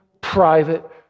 private